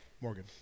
Morgan